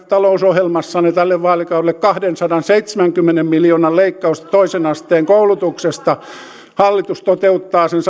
talousohjelmassanne tälle vaalikaudelle kahdensadanseitsemänkymmenen miljoonan leikkausta toisen asteen koulutuksesta hallitus toteuttaa sen